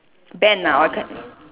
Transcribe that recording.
band ah or t~